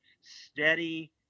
steady